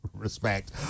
respect